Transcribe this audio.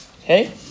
Okay